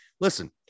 listen